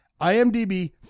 imdb